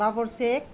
Babar Sheikh